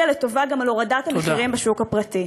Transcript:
לטובה גם על הורדת המחירים בשוק הפרטי.